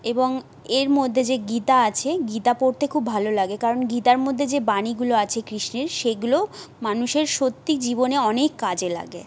এবং এর মধ্যে যে গীতা আছে গীতা পড়তে খুব ভালো লাগে কারণ গীতার মধ্যে যে বাণীগুলো আছে কৃষ্ণের সেগুলো মানুষের সত্যি জীবনে অনেক কাজে লাগে